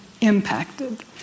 impacted